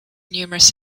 numerous